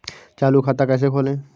चालू खाता कैसे खोलें?